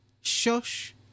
Shush